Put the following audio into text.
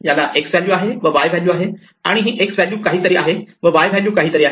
याला X value आहे व Y व्हॅल्यू आहे आणि ही X व्हॅल्यू काहीतरी आहे व Y व्हॅल्यू काहीतरी आहे